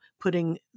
putting